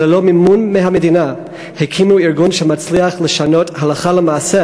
שללא מימון מהמדינה הקימו ארגון שמצליח לשנות הלכה למעשה